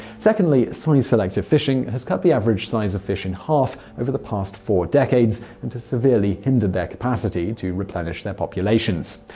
secondly, size-selective fishing has cut the average size of fish in half over the past four decades, and has severely hindered their capacity to replenish their populations.